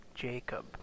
Jacob